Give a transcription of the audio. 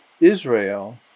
Israel